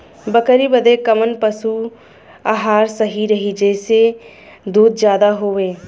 बकरी बदे कवन पशु आहार सही रही जेसे दूध ज्यादा होवे?